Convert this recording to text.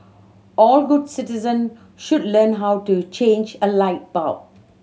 all good citizen should learn how to change a light bulb